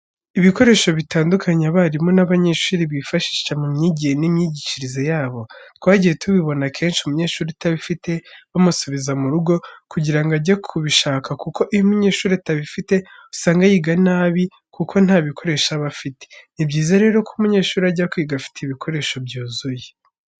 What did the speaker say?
Ibikoresho bitandukanye abarimu n'abanyeshuri bifashisha mu myigire n'imyigishirize yabo, twagiye tubibona kenshi umunyeshuri utabifite bamusubiza mu rugo, kugira ngo ajye kubishaka kuko iyo umunyeshuri atabifite usanga yiga nabi kuko nta bikoresho aba afite. Ni byiza rero ko umunyeshuri ajya kwiga afite ibikoresho byuzuye.